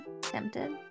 Tempted